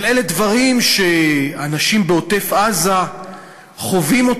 אבל אלה דברים שאנשים בעוטף-עזה חווים,